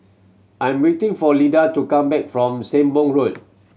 I'm waiting for Lida to come back from Sembong Road